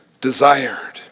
desired